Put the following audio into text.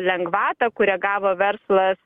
lengvatą kurią gavo verslas